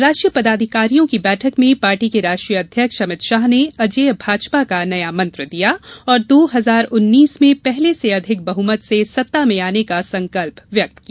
राष्ट्रीय पदाधिकारियों की बैठक में पार्टी के राष्ट्रीय अध्यक्ष अमित शाह ने अजेय भाजपा का नया मंत्र दिया और दो हजार उन्नीस में पहले से अधिक बहुमत से सत्ता में आने का संकल्प व्यक्त किया